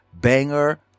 banger